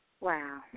Wow